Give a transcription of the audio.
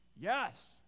Yes